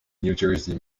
jersey